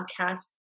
podcast